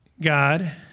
God